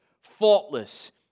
Faultless